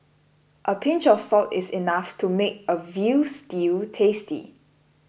a pinch of salt is enough to make a Veal Stew tasty